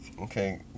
okay